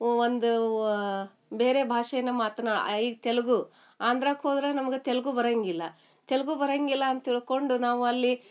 ಒಂದು ವ ಬೇರೆ ಭಾಷೆನ ಮಾತನಾ ಈಗ ತೆಲುಗು ಆಂಧ್ರಾಕ್ಕೆ ಹೋದ್ರೆ ನಮ್ಗೆ ತೆಲುಗು ಬರೋಂಗಿಲ್ಲ ತೆಲುಗು ಬರೋಂಗಿಲ್ಲ ಅಂತ ತಿಳ್ಕೊಂಡು ನಾವು ಅಲ್ಲಿ